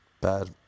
Bad